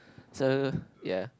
so ya